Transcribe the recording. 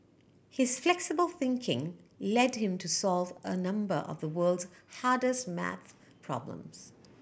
his flexible thinking led him to solve a number of the world's hardest math problems